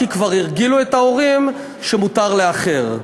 כי כבר הרגילו את ההורים שמותר לאחר.